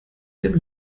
dem